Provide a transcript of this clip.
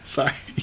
Sorry